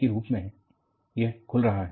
के रूप में है यह खुल रहा है